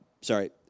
Sorry